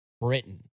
Britain